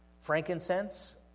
Frankincense